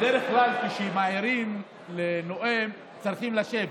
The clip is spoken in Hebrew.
בדרך כלל כשמעירים לנואם צריכים לשבת.